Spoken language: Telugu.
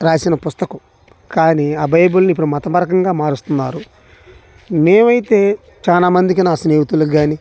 రాసిన పుస్తకం కానీ ఆ బైబుల్ని ఇప్పుడు మత పరకంగా మారుస్తున్నారు మేమైతే చానా మందికి నా స్నేహితులకి గానీ